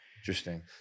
interesting